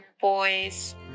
boys